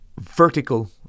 vertical